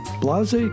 Blase